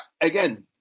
again –